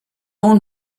own